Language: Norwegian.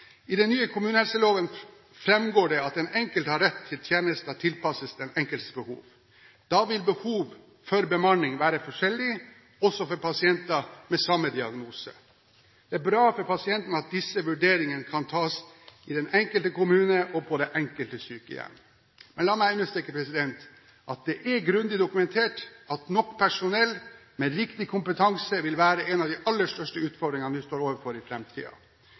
I den nye kommunehelseloven framgår det at den enkelte har rett til tjenester tilpasset den enkeltes behov. Da vil behovet for bemanning være forskjellig, også for pasienter med samme diagnose. Det er bra for pasienten at disse vurderingene kan tas i den enkelte kommune og på det enkelte sykehjem. Men la meg understreke at det er grundig dokumentert at nok personell med riktig kompetanse vil være en av de aller største utfordringene vi står overfor i